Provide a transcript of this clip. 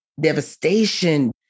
devastation